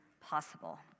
possible